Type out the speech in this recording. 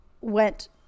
went